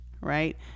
Right